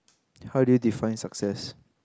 how do you define success